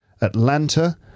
Atlanta